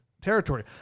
territory